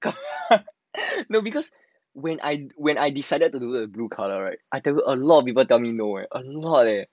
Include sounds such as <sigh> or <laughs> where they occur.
<laughs> no because when I when I decided to do the blue colour right I tell you a lot of people tell me no eh a lot leh